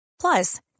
Plus